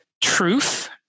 truth